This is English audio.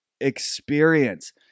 experience